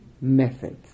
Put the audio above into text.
methods